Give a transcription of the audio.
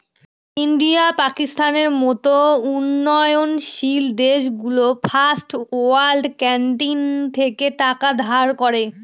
India, পাকিস্তানের মত উন্নয়নশীল দেশগুলো ফার্স্ট ওয়ার্ল্ড কান্ট্রি থেকে টাকা ধার করে